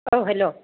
औ हेल'